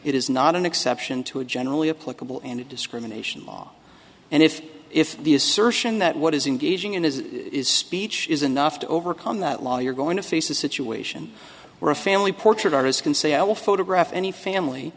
it is not an exception to a generally applicable and it discrimination and if if the assertion that what is engaging in his speech is enough to overcome that law you're going to face a situation where a family portrait artist can say i will photograph any family